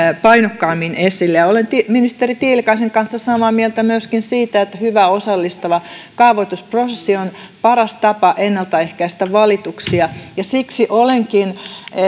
painokkaammin esille olen ministeri tiilikaisen kanssa samaa mieltä myöskin siitä että hyvä osallistava kaavoitusprosessi on paras tapa ennaltaehkäistä valituksia ja siksi olenkin